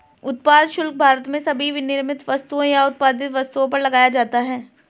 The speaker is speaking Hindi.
उत्पाद शुल्क भारत में सभी विनिर्मित वस्तुओं या उत्पादित वस्तुओं पर लगाया जाता है